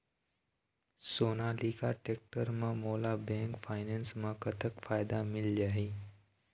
Sonalika tractor म मोला bank finance म कतक फायदा मिल जाही?